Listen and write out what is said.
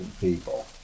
people